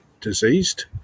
diseased